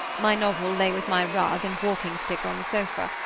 my novel lay with my rug and walking-stick on the sofa,